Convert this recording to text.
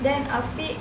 then afiq